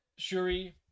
Shuri